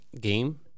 game